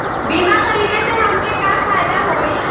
बीमा खरीदे से हमके का फायदा होई?